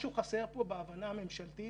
משהו חסר פה בהבנה הממשלתית,